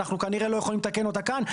אנחנו כנראה לא יכולים לתקן אותה כאן,